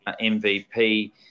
MVP